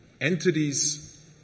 entities